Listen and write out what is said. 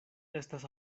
estas